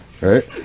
right